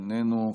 איננו.